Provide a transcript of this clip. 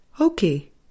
Okay